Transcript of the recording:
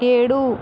ఏడు